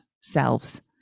selves